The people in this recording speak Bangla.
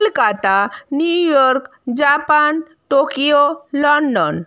Kolkata New York Japan Tokyo London